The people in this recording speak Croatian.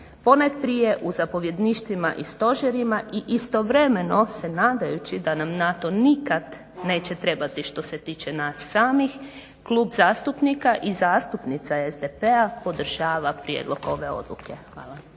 ponajprije u zapovjedništvima i stožerima i istovremeno se nadajući da nam NATO nikad neće trebati što se tiče naših samih. Klub zastupnika i zastupnica podržava prijedlog ove odluke. Hvala